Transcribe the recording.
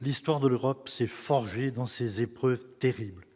l'histoire de l'Europe s'est forgée dans ces épreuves terribles,